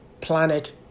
planet